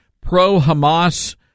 pro-Hamas